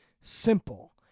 simple